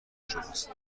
شماست